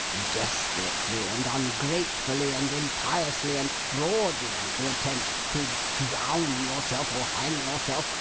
desperately, and ungratefully, and impiously, and fraudulently attempt, to drown yourself, or hang yourself,